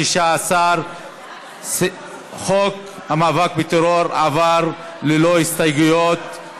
16. חוק המאבק בטרור עבר ללא הסתייגויות,